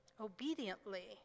obediently